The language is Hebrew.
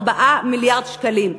4 מיליארד שקלים.